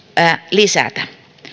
lisätä